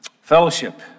fellowship